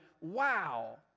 wow